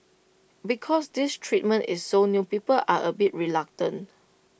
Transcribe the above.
because this treatment is so new people are A bit reluctant